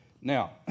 Now